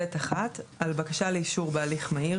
(ב)(1) על בקשה לאישור בהליך מהיר